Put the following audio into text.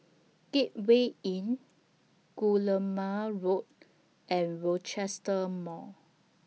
Gateway Inn Guillemard Road and Rochester Mall